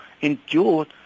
endure